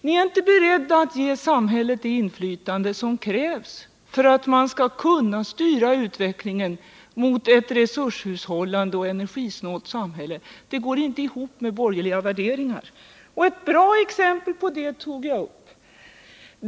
Ni är inte beredda att ge samhället det inflytande som krävs för att man skall kunna styra utvecklingen mot ett resurshushållande och energisnålt samhälle. Det går inte ihop med borgerliga värderingar. Jag tog också upp ett bra exempel på detta.